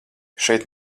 šeit